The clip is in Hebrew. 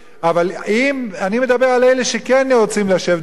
אבל אם, אני מדבר על אלה שכן רוצים לשבת וללמוד.